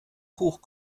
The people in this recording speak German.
hoch